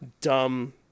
dumb